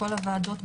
בכל הוועדות,